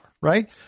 right